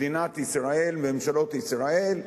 מדינת ישראל, ממשלות ישראל,